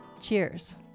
Cheers